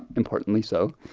importantly so.